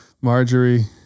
Marjorie